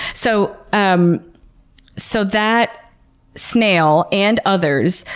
so um so that snail and others,